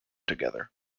together